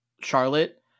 Charlotte